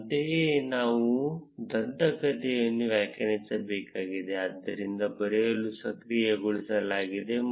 ಅಂತೆಯೇ ನಾವು ದಂತಕಥೆಯನ್ನು ವ್ಯಾಖ್ಯಾನಿಸಬೇಕಾಗಿದೆ ಆದ್ದರಿಂದ ಬರೆಯಲು ಸಕ್ರಿಯಗೊಳಿಸಲಾಗಿದೆ